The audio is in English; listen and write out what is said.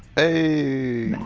a